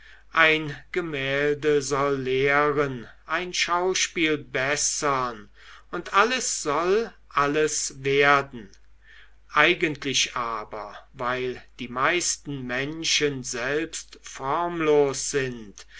ein gemälde soll lehren ein schauspiel bessern und alles soll alles werden eigentlich aber weil die meisten menschen selbst formlos sind